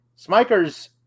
Smikers